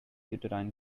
uterine